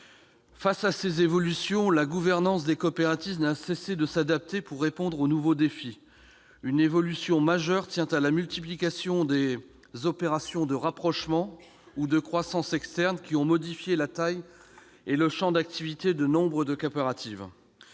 Face à ces évolutions, la gouvernance des coopératives n'a pas cessé de s'adapter pour répondre aux nouveaux défis. Une évolution majeure tient à la multiplication des opérations de rapprochement ou de croissance externe, lesquelles ont modifié la taille et le champ d'activité de nombre de coopératives.